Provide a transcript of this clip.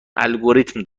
الگوریتم